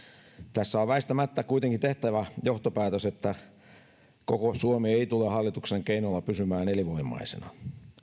tässä on väistämättä kuitenkin tehtävä johtopäätös että koko suomi ei tule hallituksen keinoilla pysymään elinvoimaisena